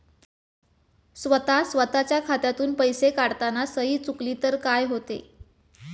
स्वतः स्वतःच्या खात्यातून पैसे काढताना सही चुकली तर काय होते?